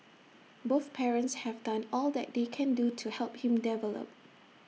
both parents have done all that they can do to help him develop